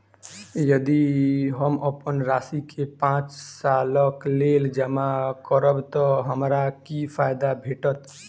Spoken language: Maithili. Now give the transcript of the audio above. यदि हम अप्पन राशि केँ पांच सालक लेल जमा करब तऽ हमरा की फायदा भेटत?